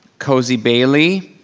cozy bailey.